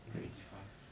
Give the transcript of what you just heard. hundred eighty five